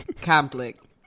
conflict